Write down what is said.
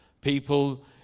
people